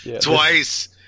twice